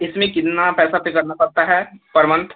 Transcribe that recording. इसमें कितना पैसा पर करना पड़ता है पर मंथ